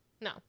No